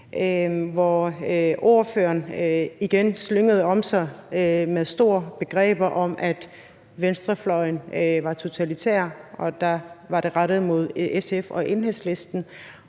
hvor ordføreren igen slyngede om sig med store begreber om, at venstrefløjen var totalitær, og der var det rettet mod SF og Enhedslisten